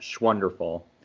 wonderful